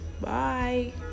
Bye